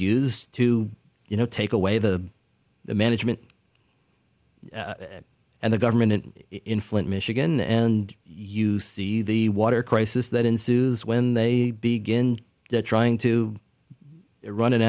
used to you know take away the management and the government in flint michigan and you see the water crisis that ensues when they begin trying to run an